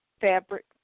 fabric